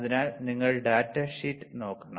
അതിനാൽ നിങ്ങൾ data sheet നോക്കണം